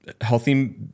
healthy